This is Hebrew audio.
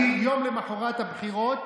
אני, יום למוחרת הבחירות